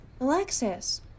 Alexis